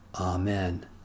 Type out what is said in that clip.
Amen